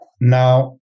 Now